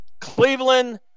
Cleveland